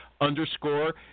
underscore